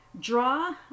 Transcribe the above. Draw